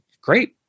great